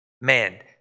man